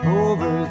over